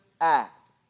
act